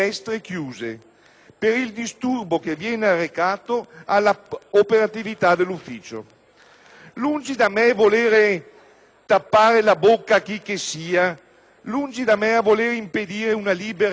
Lungi da me voler tappare la bocca a chicchessia, lungi da me voler impedire una libera espressione di manifestare per ragioni le più disparate e sacrosante